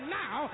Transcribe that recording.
now